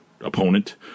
opponent